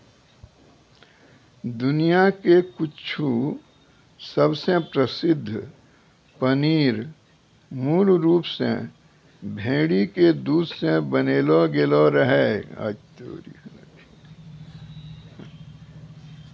दुनिया के कुछु सबसे प्रसिद्ध पनीर मूल रूप से भेड़ी के दूध से बनैलो गेलो रहै